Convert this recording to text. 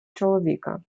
чоловіка